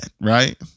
right